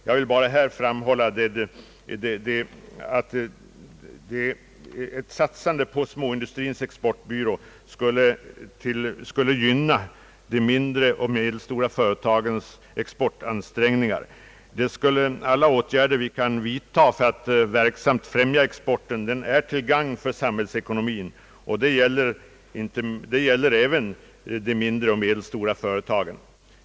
Jag vill framhålla, att ett satsande på Småindustrins Exportbyrå skulle gynna de mindre och medelstora företagens exportansträngningar. Alla åtgärder vi kan vidtaga för att verksamt främja exporten är till gagn för samhällsekonomien, och det gäller även de mindre och medelstora företagen.